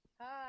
Hi